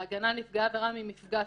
ההגנה על נפגעי עבירה ממפגש,